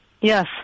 Yes